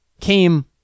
came